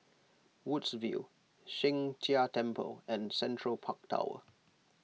Woodsville Sheng Jia Temple and Central Park Tower